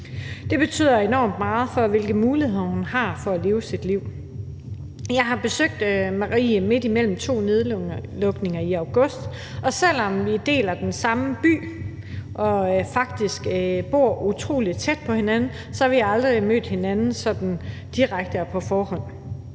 Det betyder enormt meget for, hvilke muligheder hun har for at leve sit liv. Jeg har besøgt Marie midt imellem to nedlukninger i august, og selv om vi deler den samme by og faktisk bor utrolig tæt på hinanden, har vi aldrig mødt hinanden sådan direkte og på tomandshånd.